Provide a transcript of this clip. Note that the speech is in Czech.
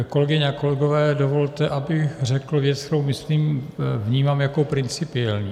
Kolegyně, kolegové, dovolte, abych řekl věc, kterou myslím vnímám jako principiální.